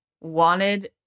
wanted